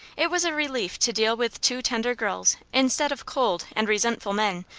it was a relief to deal with two tender girls instead of cold and resentful men,